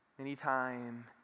Anytime